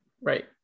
right